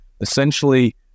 Essentially